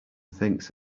thinks